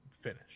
finish